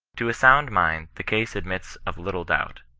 to a sound mind the case admits of little doubt.